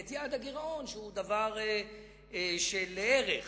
ואת יעד הגירעון, שהוא דבר שהוא לערך,